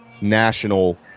national